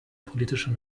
politischer